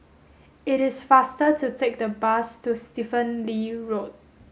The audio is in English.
it is faster to take the bus to Stephen Lee Road